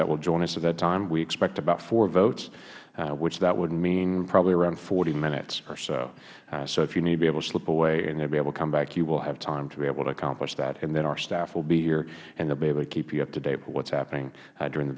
that will join us at that time we expect about four votes which that would mean probably around hminutes or so so if you need to be able to slip away and be able to come back you will have time to be able accomplish that and then our staff will be here and they will be able keep you up to date what is happening durin